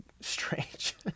strange